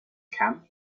camp